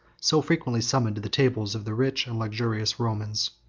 so frequently summoned to the tables of the rich and luxurious romans.